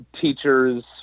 teachers